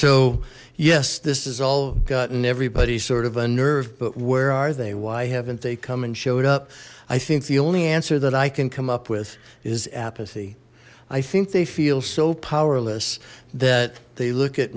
so yes this has all gotten everybody sort of a nerve but where are they why haven't they come and showed up i think the only answer that i can come up with is apathy i think they feel so powerless that they look at